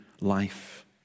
life